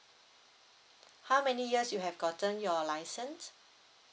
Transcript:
how many years you have gotten your license